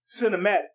cinematic